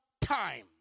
time